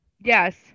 Yes